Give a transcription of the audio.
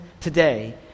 today